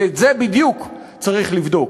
ואת זה בדיוק צריך לבדוק,